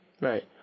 Right